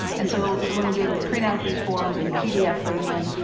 and so someone will be able to print out these forms and pdf them in,